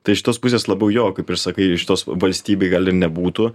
tai iš tos pusės labiau jog kaip ir sakai šitos valstybei gal ir nebūtų